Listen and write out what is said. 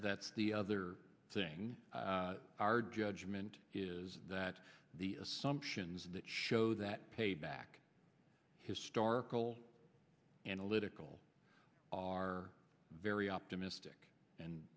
that's the other thing our judgment is that the assumptions that show that payback historical analytical are very optimistic and